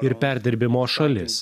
ir perdirbimo šalis